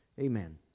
Amen